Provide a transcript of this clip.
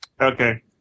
Okay